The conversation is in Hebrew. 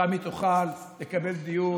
ושם היא תוכל לקבל דיון.